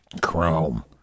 Chrome